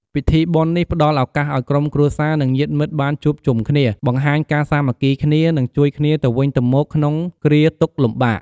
ពិធីបុណ្យនេះផ្តល់ឱកាសឱ្យក្រុមគ្រួសារ និងញាតិមិត្តបានជួបជុំគ្នា បង្ហាញការសាមគ្គីគ្នា និង ជួយគ្នាទៅវិញទៅមក ក្នុងគ្រាទុក្ខលំបាក។